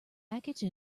package